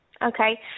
Okay